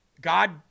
God